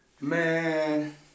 Man